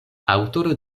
aŭtoro